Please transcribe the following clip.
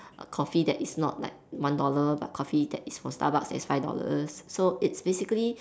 a coffee that is not like one dollar but coffee that is from Starbucks that is five dollars so it's basically